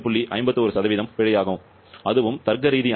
51 பிழையாகும் அதுவும் தர்க்கரீதியானது